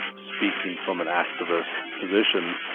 speaking from an activist position,